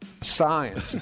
Science